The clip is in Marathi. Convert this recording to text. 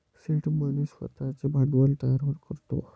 सीड मनी स्वतःचे भांडवल तयार करतो